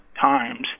times